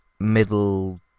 middle